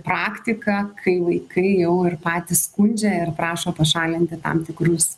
praktika kai vaikai jau ir patys skundžia ir prašo pašalinti tam tikrus